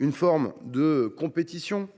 une forme de compétition,